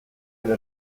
edo